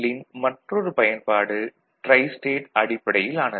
இன் மற்றொரு பயன்பாடு ட்ரைஸ்டேட் அடிப்படையிலானது